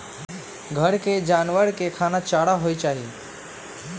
घर के जानवर के खाना चारा होई छई